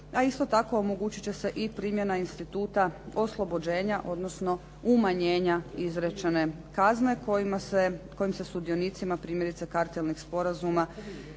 a isto tako omogućiti će se i primjena instituta oslobođenja, odnosno umanjenja izrečene kazne kojim se sudionicima, primjerice kartelnih sporazuma